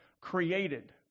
created